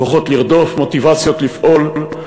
כוחות לרדוף, מוטיבציות לפעול,